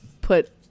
put